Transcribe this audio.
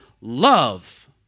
love